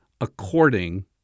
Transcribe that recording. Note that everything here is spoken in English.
according